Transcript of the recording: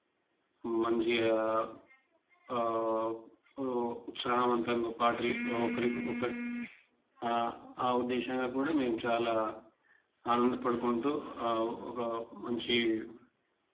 మంచిగ ఉత్సాహవంతంగా ఆ ఉద్దేశంగా కూడా మేము చాలా ఆనంద పడుకుంటూ ఒక మంచి